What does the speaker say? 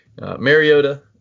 Mariota